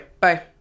bye